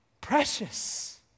Precious